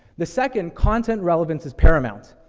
the second, content relevance is paramount.